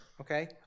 okay